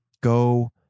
Go